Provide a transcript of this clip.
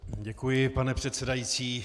Děkuji, pane předsedající.